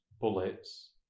bullets